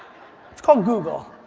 it's called google.